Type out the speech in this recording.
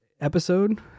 episode